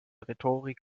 rhetorik